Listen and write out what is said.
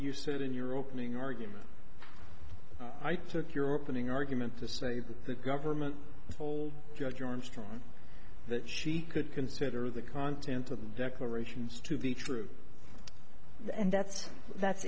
you said in your opening argument i took your opening argument to save the government told judge armstrong that she could consider the content of the declarations to be true and that's that's